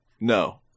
No